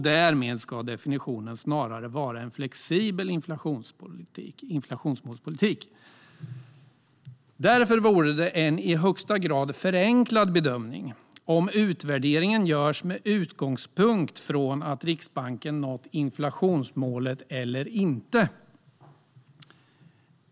Därmed ska definitionen snarare vara en flexibel inflationsmålspolitik. Därför vore det en i högsta grad förenklad bedömning om utvärderingen görs med utgångspunkt i om Riksbanken nått inflationsmålet eller inte.